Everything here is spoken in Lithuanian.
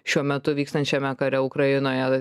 šiuo metu vykstančiame kare ukrainoje